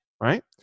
right